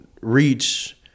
reach